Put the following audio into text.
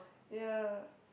ya